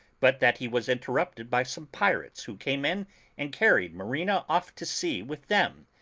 but that he was interrupted by some pirates who came in and carried marina off to sea with them,